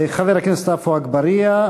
חבר הכנסת עפו אגבאריה,